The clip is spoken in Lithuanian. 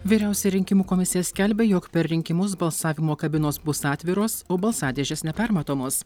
vyriausioji rinkimų komisija skelbia jog per rinkimus balsavimo kabinos bus atviros o balsadėžės nepermatomos